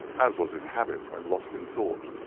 as was his habit when lost in thought.